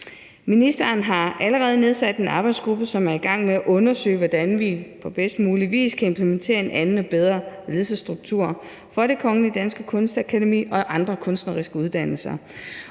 Ministeren har allerede nedsat en arbejdsgruppe, som er i gang med at undersøge, hvordan vi på bedst mulig vis kan implementere en anden og bedre ledelsesstruktur for Det Kongelige Danske Kunstakademi og andre kunstneriske uddannelser.